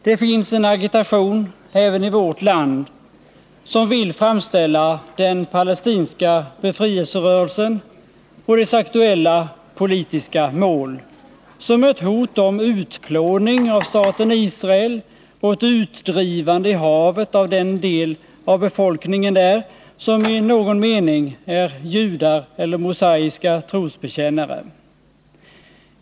Det finns en agitation även i vårt land som vill framställa den palestinska befrielserörelsen och dess aktuella politiska mål som ett hot om utplåning av staten Israel och ett utdrivande i havet av den del av befolkningen där som i någon mening är judar eller mosaiska trosbekännare.